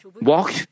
walk